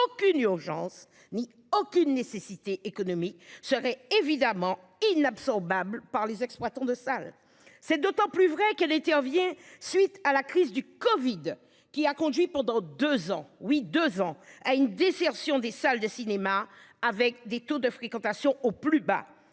aucune urgence ni aucune nécessité économique, serait évidemment inabsorbable par les exploitants de salles. C'est d'autant plus vrai qu'elle intervient suite à la crise du Covid, qui a conduit pendant 2 ans. Oui, 2 ans, à une désertion des salles de cinéma avec des taux de fréquentation au plus bas